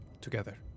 together